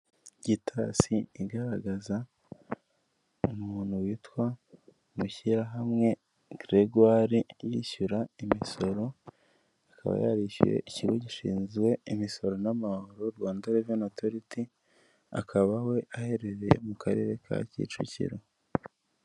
Gitasi igaragaza umuntu witwa Mushyirahamwe Gregoire yishyura imisoro, akaba yarishyuye ikigo gishinzwe imisoro n'amahoro Rwanda reveni otoriti, akaba we aherereye mu karere ka Kicukiro.